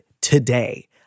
today